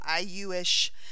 IU-ish